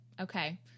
Okay